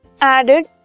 added